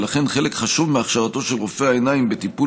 ולכן חלק חשוב מהכשרתו של רופא העיניים בטיפול